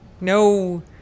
No